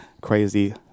crazy